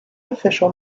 official